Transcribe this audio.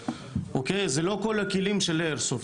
וזה לא כל הכלים של האיירסופט.